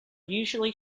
usually